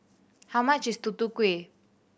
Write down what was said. how much is Tutu Kueh